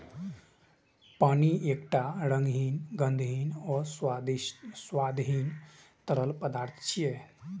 पानि एकटा रंगहीन, गंधहीन आ स्वादहीन तरल पदार्थ छियै